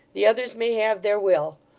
the others may have their will.